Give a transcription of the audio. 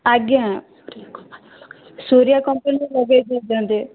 ଆଜ୍ଞା ସୂର୍ଯ୍ୟ କମ୍ପାନୀ ର ଲଗେଇ ଦେଇଛନ୍ତି